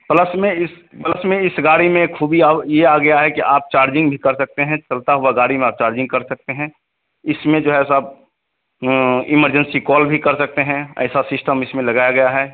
plus मैं इस plus में इस गाड़ी में एक ख़ूबी और यह आ गया है कि आप चार्जिंग भी कर सकते हैं चलती हुई गाड़ी में आप चार्जिंग कर सकते हैं इसमें जो है सब इमर्जेन्सी कॉल भी कर सकते हैं ऐसा सिस्टम इसमें लगाया गया है